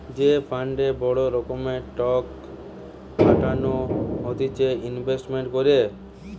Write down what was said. যে ফান্ডে বড় রকমের টক খাটানো হতিছে ইনভেস্টমেন্ট করে